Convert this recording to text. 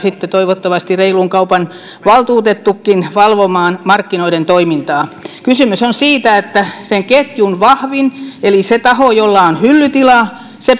toivottavasti reilun kaupan valtuutettukin valvomaan markkinoiden toimintaa kysymys on siitä että sen ketjun vahvin eli se taho jolla on hyllytilaa